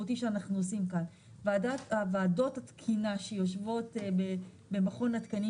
הדבש בוועדת התקינה במכון התקנים